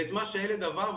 ואת מה שהילד עבר,